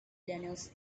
daniels